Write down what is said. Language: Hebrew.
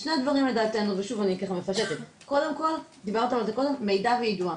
קודם כל מידע ויידוע.